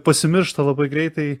pasimiršta labai greitai